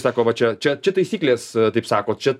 sako va čia čia čia taisyklės taip sako čia